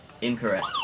Incorrect